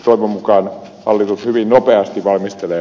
toivon mukaan hallitus hyvin nopeasti valmistele